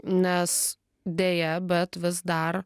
nes deja bet vis dar